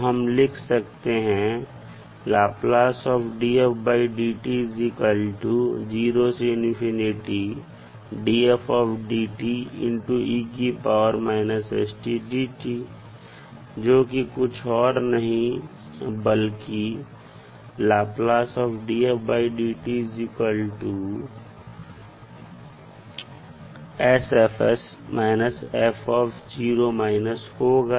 तो हम लिख सकते हैं जोकि कुछ और नहीं बल्कि होगा